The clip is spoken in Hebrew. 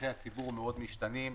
צורכי הציבור מאוד משתנים.